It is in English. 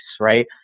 right